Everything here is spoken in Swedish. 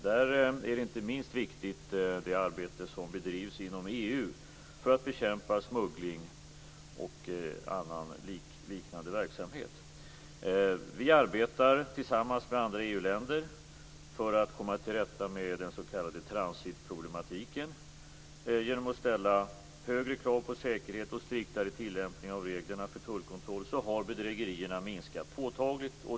Där är inte minst viktigt det arbete som bedrivs inom EU för att bekämpa smuggling och annan liknande verksamhet. Vi arbetar tillsammans med andra EU-länder för att komma till rätta med de s.k. transitproblemen. Genom att ställa högre krav på säkerhet och striktare tillämpning av reglerna för tullkontroll har bedrägerierna minskat påtagligt.